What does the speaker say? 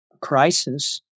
crisis